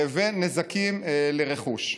ונזקים לרכוש.